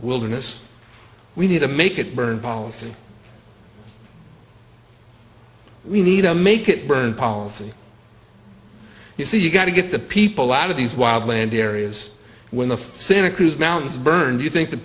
wilderness we need to make it burn policy we need to make it burn policy you see you got to get the people out of these wild land areas when the santa cruz mountains burned you think the